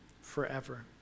forever